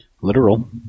Literal